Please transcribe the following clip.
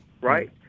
right